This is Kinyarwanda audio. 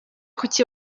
kuki